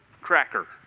cracker